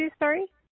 sorry